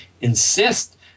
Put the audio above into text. insist